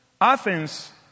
Athens